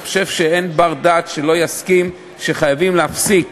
אני חושב שאין בר-דעת שלא יסכים שחייבים להפסיק